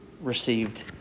received